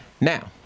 Now